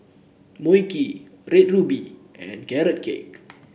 Mui Kee Red Ruby and Carrot Cake